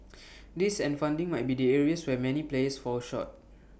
this and funding might be the areas where many players fall short